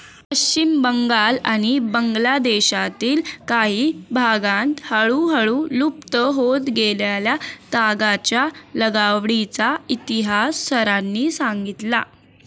पश्चिम बंगाल आणि बांगलादेशातील काही भागांत हळूहळू लुप्त होत गेलेल्या तागाच्या लागवडीचा इतिहास सरांनी सांगितला